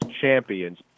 champions